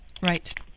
Right